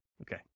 Okay